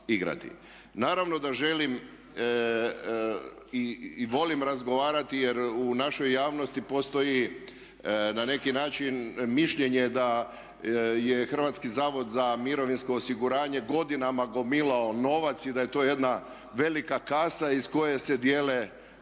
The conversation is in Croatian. Naravno da želim i volim razgovarati jer u našoj javnosti postoji na neki način mišljenje da je HZMO godinama gomilao novac i da je to jedna velika kasa iz koje se dijele